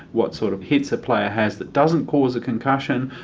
what sort of hits a player has that doesn't cause a concussion,